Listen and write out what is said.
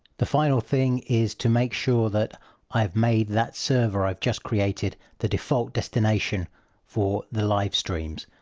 the final thing is to make sure that i've made that server i've just created the default destination for the live streams.